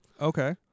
Okay